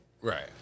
right